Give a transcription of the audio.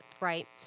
right